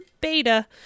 beta